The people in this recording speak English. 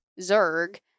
zerg